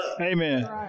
Amen